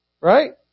Right